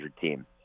team